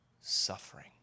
Suffering